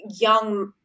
young